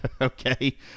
Okay